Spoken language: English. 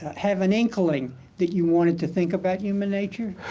have an inkling that you wanted to think about human nature?